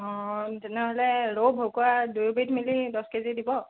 অঁ তেনেহ'লে ৰৌ ভকুৱা দুয়োবিধ মিলি দহ কেজি দিব